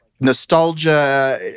Nostalgia